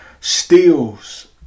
steals